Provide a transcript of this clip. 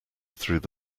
through